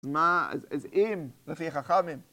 מה? אז אם, לפי חכמים...